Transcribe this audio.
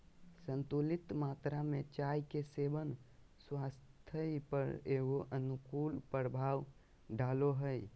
संतुलित मात्रा में चाय के सेवन स्वास्थ्य पर एगो अनुकूल प्रभाव डालो हइ